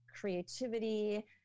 creativity